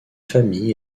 famille